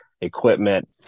equipment